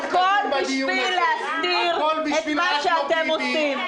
הכל בשביל להסתיר את מה שאתם עושים.